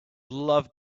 love